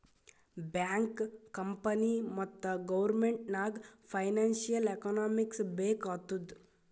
bank, company ಮತ್ತ government ನಾಗ್ financial economics ಬೇಕ್ ಆತ್ತುದ್